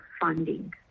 funding